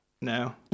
No